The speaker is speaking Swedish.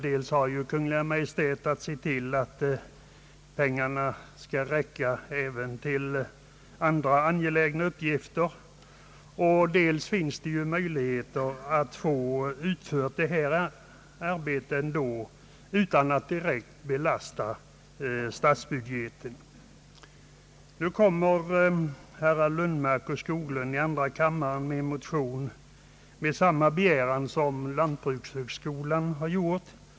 Dels har Kungl. Maj:t att se till att pengarna skall räcka även till andra angelägna uppgifter, dels finns det möjligheter att få dessa arbeten utförda utan att de direkt belastar statsbudgeten. Herrar Lundmark och Skoglund i andra kammaren har väckt en motion med samma yrkande som lantbrukshögskolan har gjort.